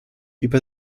über